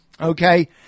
Okay